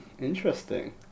interesting